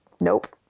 nope